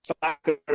factor